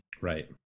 Right